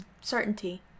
certainty